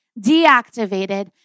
deactivated